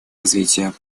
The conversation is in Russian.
развития